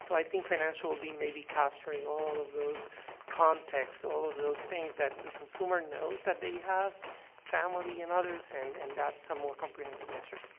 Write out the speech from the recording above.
so i think financial will be, maybe, capturing all of those contexts, all of those things that the consumer knows that they have family and others and and that's a more comprehensive measure.